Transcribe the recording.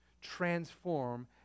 transform